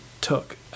took